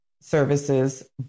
services